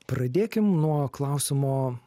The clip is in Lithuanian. pradėkim nuo klausimo